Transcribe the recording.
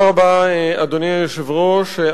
אדוני היושב-ראש,